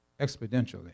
exponentially